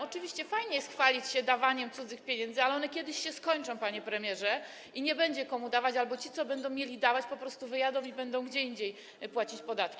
Oczywiście, fajnie jest chwalić się dawaniem cudzych pieniędzy, ale one kiedyś się skończą, panie premierze, i nie będzie z czego dawać albo ci, co będą mieli dawać, po prostu wyjadą i będą gdzie indziej płacić podatki.